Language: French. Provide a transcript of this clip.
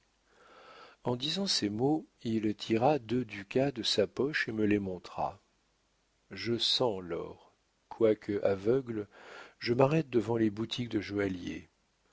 en disant ces mots il tira deux ducats de sa poche et me les montra je sens l'or quoique aveugle je m'arrête devant les boutiques de